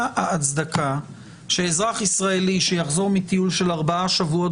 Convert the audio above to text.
מה ההצדקה שאזרח ישראלי שיחזור מטיול של ארבעה שבועות